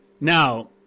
Now